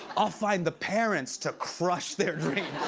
i'll find the parents to crush their dreams.